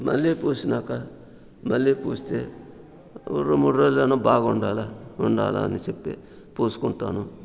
మళ్లీ పూసినాక మళ్ళీ పూస్తే ఓ రెండు మూడు రోజులు అయినా బాగుండాల ఉండాల అని చెప్పి పూసుకుంటాను